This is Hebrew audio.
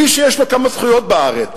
איש שיש לו כמה זכויות בארץ,